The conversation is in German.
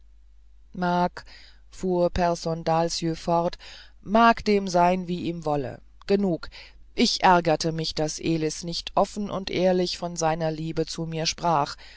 mag fuhr pehrson dahlsjö fort mag dem sein wie ihm wolle genug ich ärgerte mich daß elis nicht offen und ehrlich von seiner liebe zu mir sprach